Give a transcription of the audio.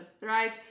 right